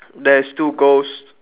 there is two ghost